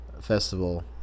Festival